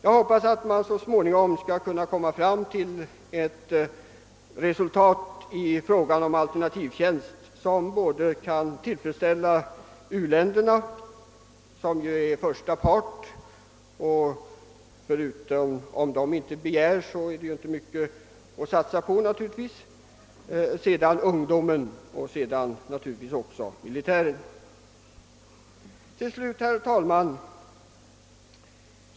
Jag hoppas att man så småningom i strävandena att få till stånd en alternativtjänst skall nå ett resultat som kan tillfredsställa såväl u-länderna, som ju är första part — om de inte begär att få utnyttja dessa ungdomar är det hela naturligtvis inte mycket att satsa på — som ungdomen och naturligtvis också militären. Herr talman!